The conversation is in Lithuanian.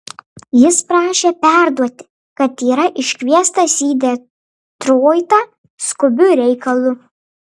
jis prašė perduoti kad yra iškviestas į detroitą skubiu reikalu